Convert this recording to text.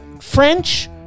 French